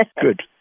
good